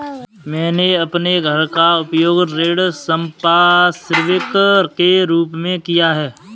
मैंने अपने घर का उपयोग ऋण संपार्श्विक के रूप में किया है